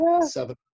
seven